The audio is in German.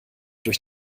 durch